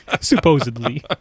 Supposedly